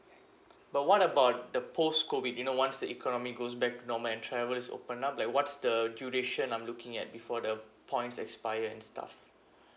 but what about the post COVID you know once the economy goes back to normal and travel is open up like what's the duration I'm looking at before the points expire and stuff